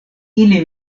ili